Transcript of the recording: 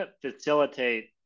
facilitate